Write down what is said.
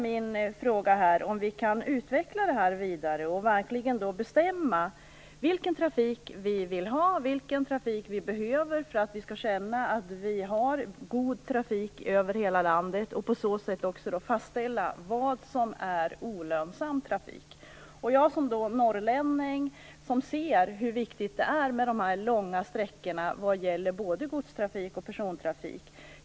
Min fråga är om vi kan utveckla detta vidare och verkligen bestämma vilken trafik vi vill ha och vilken trafik vi behöver för att vi skall känna att vi har god trafik över hela landet. På så sätt kan vi också fastställa vad som är olönsam trafik. Som norrlänning ser jag hur viktiga de långa sträckorna är för både gods och persontrafiken.